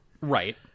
Right